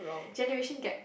generation gap